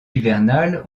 hivernales